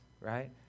right